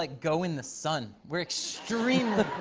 like go in the sun. we're extremely